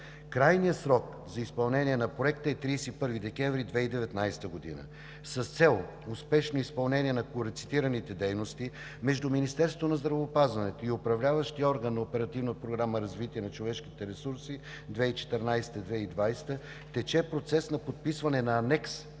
Крайният срок за изпълнение на Проекта е 31 декември 2019 г. С цел успешно изпълнение на горецитираните дейности между Министерството на здравеопазването и Управляващия орган – Оперативна програма „Развитие на човешките ресурси 2014 – 2020“, тече процес на подписване на анекс